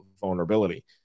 vulnerability